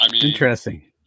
Interesting